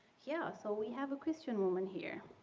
yeah. so we have a christian woman here.